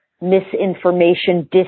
misinformation